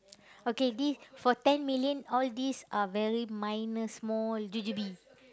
okay this for ten million all these are very minor small G_G_B